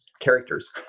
characters